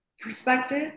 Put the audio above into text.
perspective